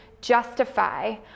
justify